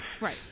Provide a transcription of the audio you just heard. Right